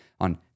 on